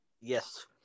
Yes